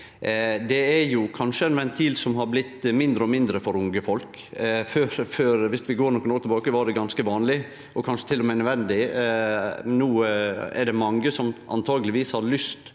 Det er kanskje ein ventil som har blitt mindre og mindre for unge folk. Om vi går nokre år tilbake, var det ganske vanleg, og kanskje til og med nødvendig. No er det mange som antakeleg har lyst